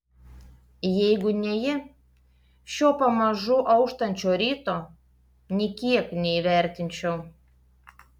jeigu ne ji šio pamažu auštančio ryto nė kiek neįvertinčiau